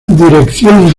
dirección